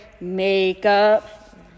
makeup